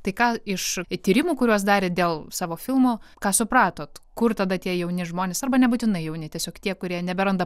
tai ką iš tyrimų kuriuos darėt dėl savo filmo ką supratot kur tada tie jauni žmonės arba nebūtinai jauni tiesiog tie kurie neberanda